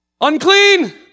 unclean